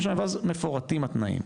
ואז מפורטים התנאים,